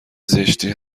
زشتی